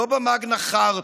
לא במגנה חרטא,